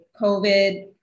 COVID